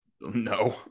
no